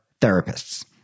therapists